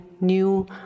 new